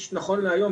נכון להיום,